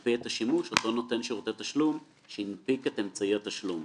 להקפיא את השימוש לאותו נותן שירותי תשלום שהנפיק את אמצעי התשלום.